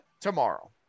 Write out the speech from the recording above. tomorrow